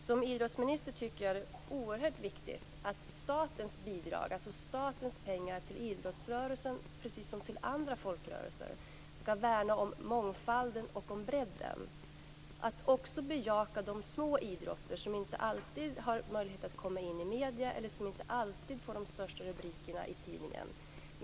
Som idrottsminister tycker jag att det är oerhört viktigt att i fråga om statens bidrag, statens pengar, till idrottsrörelsen precis som till andra folkrörelser värna om mångfalden och bredden och också bejaka de små idrotter som inte alltid har möjlighet att komma in i medierna eller som inte alltid får de största tidningsrubrikerna.